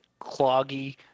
cloggy